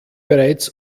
bereits